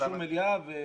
באישור מליאה.